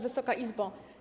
Wysoka Izbo!